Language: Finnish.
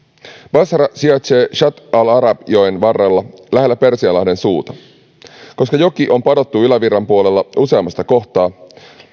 basra sijaitsee shatt al arab joen varrella lähellä persianlahden suuta koska joki on padottu ylävirran puolella useammasta kohtaa